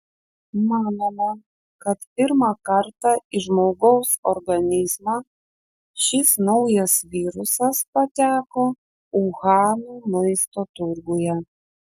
manoma kad pirmą kartą į žmogaus organizmą šis naujas virusas pateko uhano maisto turguje